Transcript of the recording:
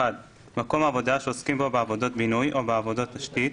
(1)מקום עבודה שעוסקים בו בעבודות בינוי או בעבודות תשתית,